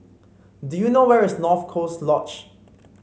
do you know where is North Coast Lodge